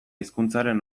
hizkuntzaren